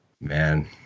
Man